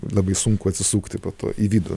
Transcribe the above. labai sunku atsisukti po to į vidų